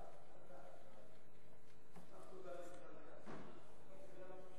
ההצעה להעביר את הנושא